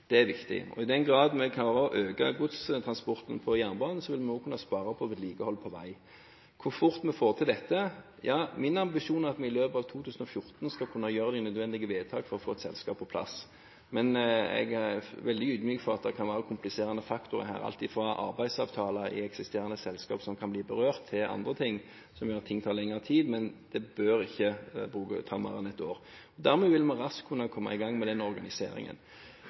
måtene, er viktig. Og i den grad vi klarer å øke godstransporten på jernbane, vil vi også kunne spare på vedlikehold på vei. Når det gjelder hvor fort vi får til dette, er min ambisjon at vi i løpet av 2014 skal kunne gjøre de nødvendige vedtak for å få et selskap på plass. Men jeg er veldig ydmyk for at det kan være kompliserende faktorer her, alt fra arbeidsavtaler i eksisterende selskap som kan bli berørt, til andre ting, som gjør at ting tar lengre tid, men det bør ikke ta mer enn et år. Dermed vil vi raskt kunne komme i gang med den organiseringen.